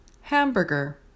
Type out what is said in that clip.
hamburger